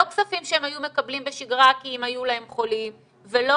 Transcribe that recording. לא כספים שהם היו מקבלים בשגרה כי אם היו להם חולים ולא